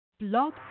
Blog